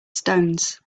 stones